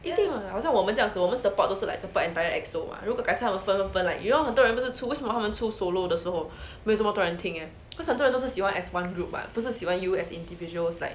好像我们这样子我们 support 都是 like supper entire E_X_O 如果 E_X_O 他们分他们分 like you know 很多人不是出为什么他们出 solo 的时候为什么突然停 leh cause 很多人都是喜欢 as one group [what] 不是喜欢 you as individuals like